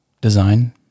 design